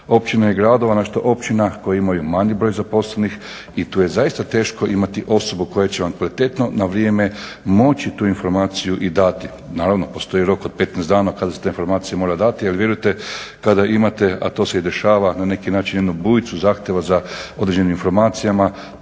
općina i gradova, na što općina koji imaju manji broj zaposlenih i tu je zaista teško imati osobu koja će vam kvalitetno, na vrijeme moći tu informaciju i dati. Naravno i postoji rok od 15 dana od kada se ta informacija mora dati jer vjerujte kada imate, a to se i dešava na neki način, bujicu zahtjeva za određenim informacijama,